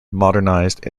modernized